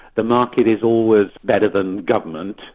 the market is always better than government,